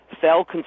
fell